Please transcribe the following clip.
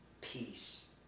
peace